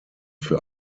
für